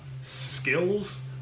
skills